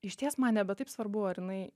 išties man nebe taip svarbu ar jinai